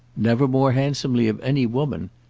never more handsomely of any woman.